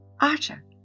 Archer